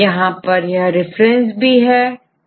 यहां पर यह रिफरेंस भी है